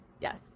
Yes